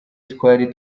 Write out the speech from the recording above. twari